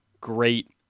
great